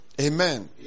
Amen